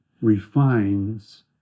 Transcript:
refines